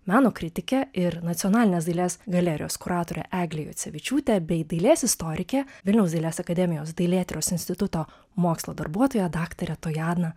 meno kritikę ir nacionalinės dailės galerijos kuratorę eglę jucevičiūtę bei dailės istorikę vilniaus dailės akademijos dailėtyros instituto mokslo darbuotoja daktarę tojaną